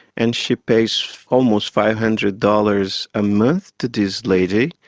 and she pays almost five hundred dollars a month to this lady,